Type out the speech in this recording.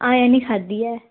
अजें निं खाद्धी ऐ